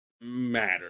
matter